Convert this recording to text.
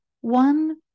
one